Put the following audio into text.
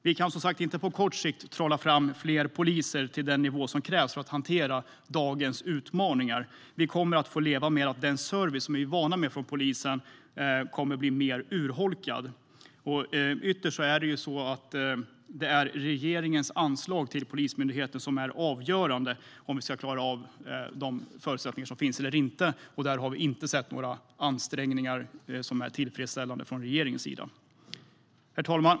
Vi kan som sagt inte på kort sikt trolla fram fler poliser på den nivå som krävs för att hantera dagens utmaningar. Vi kommer att få leva med att den service som vi är vana vid från polisen kommer att bli mer urholkad. Ytterst är det regeringens anslag till Polismyndigheten som är avgörande för om vi ska klara av de förutsättningar som finns eller inte. Hittills har vi inte sett några tillfredsställande ansträngningar från regeringen när det gäller det. Herr talman!